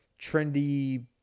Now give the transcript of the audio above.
trendy